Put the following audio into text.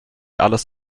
alles